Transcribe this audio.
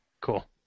Cool